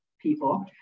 people